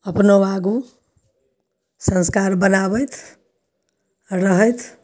अपनो आगू संस्कार बनाबथि रहथि